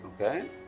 okay